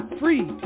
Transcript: free